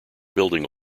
building